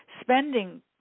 spending